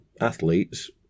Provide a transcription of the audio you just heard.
athletes